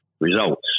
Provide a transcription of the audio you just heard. results